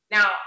Now